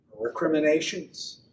recriminations